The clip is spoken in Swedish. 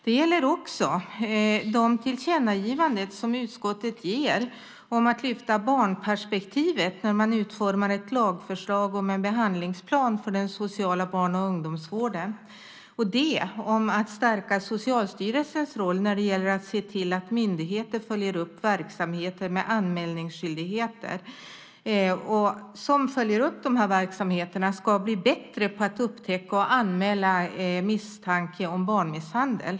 Det gäller också det tillkännagivande som utskottet ger om att lyfta fram barnperspektivet när man utformar ett lagförslag om en behandlingsplan för den sociala barn och ungdomsvården och det om att stärka socialstyrelsens roll när det gäller att se till att myndigheter följer upp verksamheter med anmälningsskyldigheter. De som följer upp de här verksamheterna ska bli bättre på att upptäcka och anmäla misstanke om barnmisshandel.